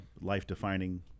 life-defining